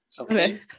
Okay